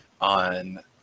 on